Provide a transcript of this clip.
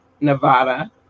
Nevada